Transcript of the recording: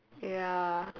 ya